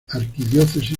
arquidiócesis